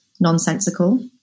Nonsensical